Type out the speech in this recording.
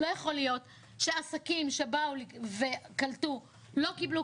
לא יכול להיות שעסקים שבאו וקלטו לא קיבלו